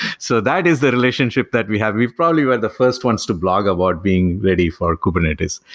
so that is the relationship that we have. we probably were the first ones to blog about being ready for kubernetes.